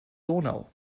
donau